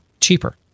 cheaper